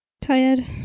Tired